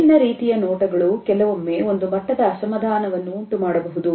ವಿಭಿನ್ನ ರೀತಿಯ ನೋಟಗಳು ಕೆಲವೊಮ್ಮೆ ಒಂದು ಮಟ್ಟದ ಅಸಮಾಧಾನವನ್ನು ಉಂಟುಮಾಡಬಹುದು